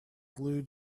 blue